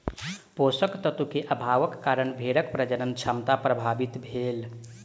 पोषक तत्व के अभावक कारणें भेड़क प्रजनन क्षमता प्रभावित भेल